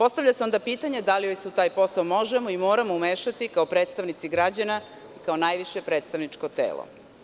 Onda se postavlja pitanje da li joj se u taj posao možemo i moramo umešati kao predstavnici građana, kao najviše predstavničko telo?